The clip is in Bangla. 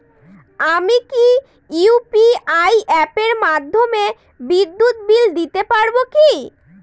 আমি কি ইউ.পি.আই অ্যাপের মাধ্যমে বিদ্যুৎ বিল দিতে পারবো কি?